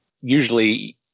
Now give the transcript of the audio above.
usually